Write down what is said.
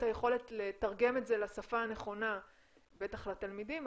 היכולת לתרגם את זה לשפה הנכונה בטח לתלמידים,